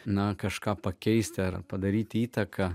na kažką pakeisti ar padaryti įtaką